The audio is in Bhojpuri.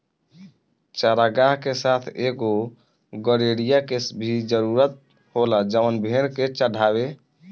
चारागाह के साथ एगो गड़ेड़िया के भी जरूरत होला जवन भेड़ के चढ़ावे